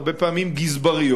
הרבה פעמים גזבריות,